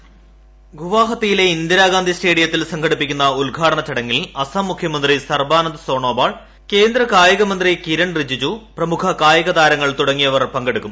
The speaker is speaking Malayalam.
വോയിസ് ഗുവാഹത്തിയിലെ ഇന്ദിരാഗാന്ധി സ്റ്റേഡിയത്തിൽ സംഘടിപ്പിക്കുന്ന ഉദ്ഘാടന ചടങ്ങിൽ അസാം മുഖ്യമന്ത്രി സ്കർബ്ബാനന്ത് സോനോബാൾ കേന്ദ്ര കായിക മന്ത്രി കിരൺ റിജിജു ഏമുഖ് കായിക താരങ്ങൾ തുടങ്ങിയവർ പങ്കെടുക്കും